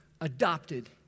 adopted